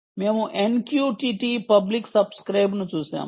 మేము NQTT public సబ్స్క్రైబ్ను చూశాము